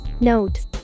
Note